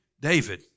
David